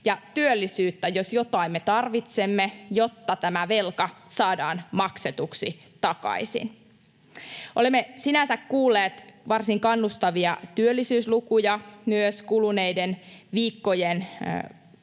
työllisyyttä jos jotain me tarvitsemme, jotta tämä velka saadaan maksetuksi takaisin. Olemme sinänsä kuulleet varsin kannustavia työllisyyslukuja myös kuluneiden viikkojen tiimoilta.